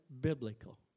biblical